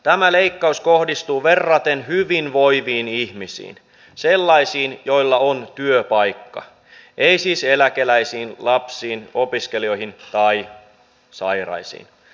tämä leikkaus kohdistuu verraten hyvinvoiviin ihmisiin sellaisiin joilla on työpaikka ei siis eläkeläisiin lapsiin opiskelijoihin tai sairaisiin